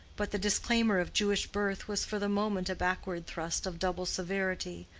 but the disclaimer of jewish birth was for the moment a backward thrust of double severity,